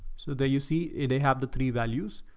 so they, you see it. they have the three values.